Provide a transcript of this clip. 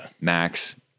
Max